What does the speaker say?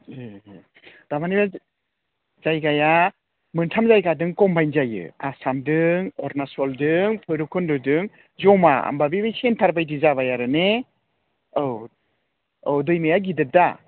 एह थारमानि जायगाया मोनथाम जायगादों खमबाइन जायो आसामदों अरुणाचलजों बैरबखुन्दजों जमा होमबा बेबो चेन्टार बायदि जाबाय आरो ने औ औ दैमाया गिदिर दा